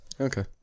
okay